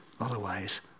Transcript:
Otherwise